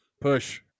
Push